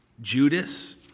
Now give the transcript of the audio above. Judas